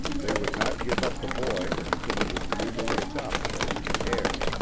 they would not give up the boy until he was legally adopted as the heir,